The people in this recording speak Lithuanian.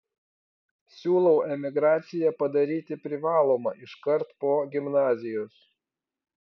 siūlau emigraciją padaryti privalomą iškart po gimnazijos